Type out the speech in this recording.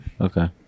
okay